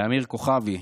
לאמיר כוכבי,